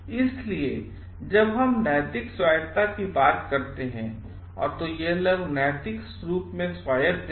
इसलिए जब हम नैतिक स्वायत्तता की बात कर रहे हैं तो यह लोग नैतिक रूप से स्वायत्त हैं